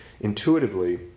intuitively